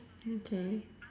okay